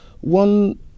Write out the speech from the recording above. One